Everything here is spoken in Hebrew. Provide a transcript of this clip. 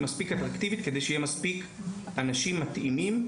מספיק אטרקטיבית כדי שיהיו מספיק אנשים מתאימים.